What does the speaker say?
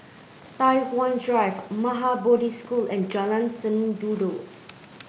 Tai Hwan Drive Maha Bodhi School and Jalan Sendudok